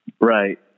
Right